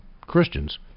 Christians